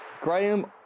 Graham